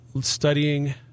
studying